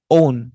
own